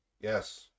Yes